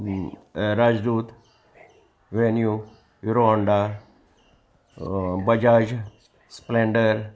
राजदूत Venue Hero Honda Bajaj Splendor